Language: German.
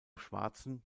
schwarzen